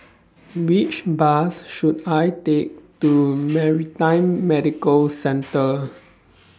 Which Bus should I Take to Maritime Medical Centre